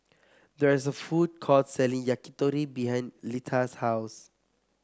there is a food court selling Yakitori behind Litha's house